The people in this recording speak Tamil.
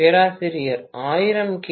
பேராசிரியர் 1000 கே